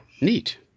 Neat